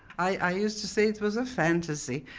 i used to say it was a fantasy